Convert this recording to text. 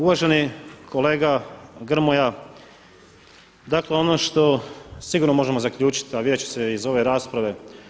Uvaženi kolega Grmoja, dakle ono što sigurno možemo zaključiti a vidjet će se iz ove rasprave.